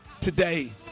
today